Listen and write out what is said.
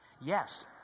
Yes